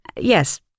Yes